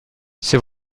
c’est